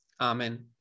amen